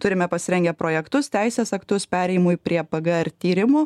turime pasirengę projektus teisės aktus perėjimui prie pgr tyrimų